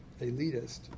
elitist